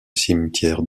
cimetière